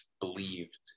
believed